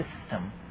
system